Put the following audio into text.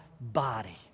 body